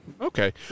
Okay